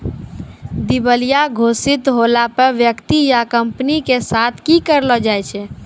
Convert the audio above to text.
दिबालिया घोषित होला पे व्यक्ति या कंपनी के साथ कि करलो जाय छै?